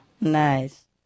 nice